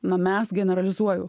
na mes generalizuoju